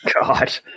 God